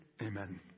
Amen